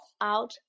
out